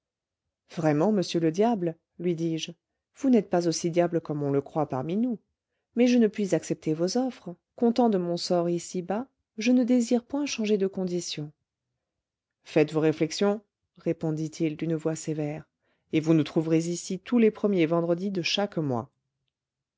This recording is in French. vraiment monsieur le diable lui dis-je vous n'êtes pas aussi diable comme on le croit parmi nous mais je ne puis accepter vos offres content de mon sort ici bas je ne désire point changer de condition faites vos réflexions répondit-il d'une voix sévère et vous nous trouverez ici tous les premiers vendredis de chaque mois